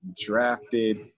drafted –